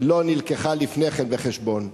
לא נלקחה לפני כן בחשבון.